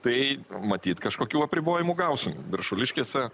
tai matyt kažkokių apribojimų gausim viršuliškėse